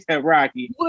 Rocky